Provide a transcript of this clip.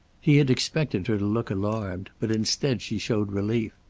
he had expected her to look alarmed, but instead she showed relief.